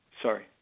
Sorry